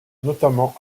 notamment